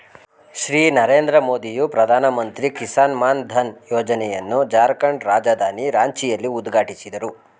ಶ್ರೀ ನರೇಂದ್ರ ಮೋದಿಯು ಪ್ರಧಾನಮಂತ್ರಿ ಕಿಸಾನ್ ಮಾನ್ ಧನ್ ಯೋಜನೆಯನ್ನು ಜಾರ್ಖಂಡ್ ರಾಜಧಾನಿ ರಾಂಚಿಯಲ್ಲಿ ಉದ್ಘಾಟಿಸಿದರು